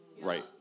Right